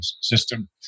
system